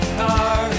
car